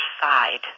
side